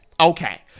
okay